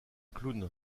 clown